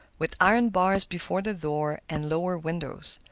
with iron bars before the door and lower windows.